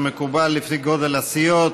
כמקובל לפי גודל הסיעות.